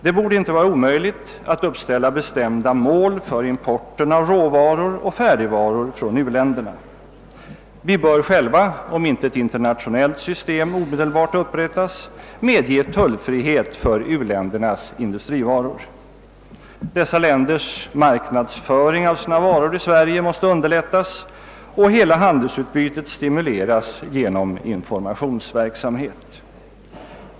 Det borde inte vara omöjligt att uppställa bestämda mål för importen av råvaror och färdigvaror från u-länderna. Vi bör själva, om intet internationellt system omedelbart upprättas, medge tullfrihet för u-ländernas industrivaror. Dessa länders marknadsföring av sina varor i Sverige måste underlättas och hela handelsutbytet stimuleras genom informationsverksamhet.